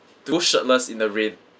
to go shirtless in the rain